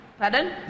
Pardon